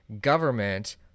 government